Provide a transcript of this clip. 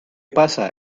passa